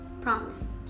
Promise